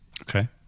Okay